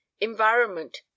Environment